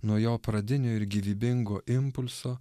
nuo jo pradinio ir gyvybingo impulso